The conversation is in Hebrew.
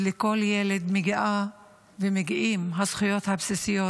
ולכל ילד מגיעות הזכויות הבסיסיות,